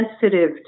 sensitive